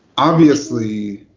obviously,